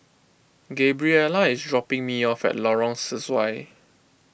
Gabriella is dropping me off at Lorong Sesuai